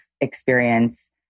experience